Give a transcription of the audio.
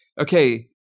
okay